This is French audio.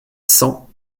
cent